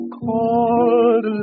called